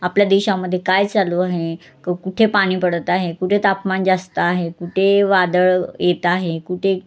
आपल्या देशामध्ये काय चालू आहे क कुठे पाणी पडत आहे कुठे तापमान जास्त आहे कुठे वादळ येत आहे कुठे